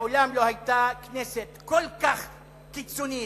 מעולם לא היתה כנסת כל כך קיצונית,